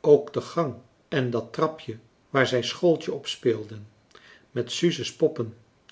ook de gang en dat trapje waar zij schooltje op speelden met suzes poppen